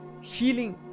healing